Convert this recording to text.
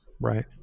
right